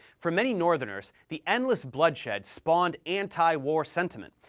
for many northerners, the endless bloodshed spawned anti-war sentiment,